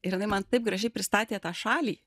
ir jinai man taip gražiai pristatė tą šalį